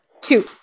two